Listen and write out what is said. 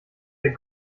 der